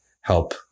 help